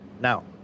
Now